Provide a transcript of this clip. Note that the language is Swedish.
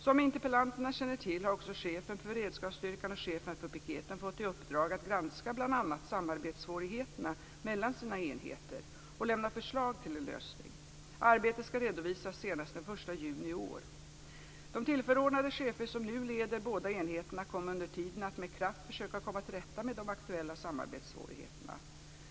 Som interpellanterna känner till har också chefen för beredskapsstyrkan och chefen för piketen fått i uppdrag att granska bl.a. samarbetssvårigheterna mellan sina enheter och lämna förslag till en lösning. Arbetet skall redovisas senast den 1 juni i år. De tillförordnade chefer som nu leder båda enheterna kommer under tiden att med kraft försöka komma till rätta med de aktuella samarbetssvårigheterna.